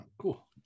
Cool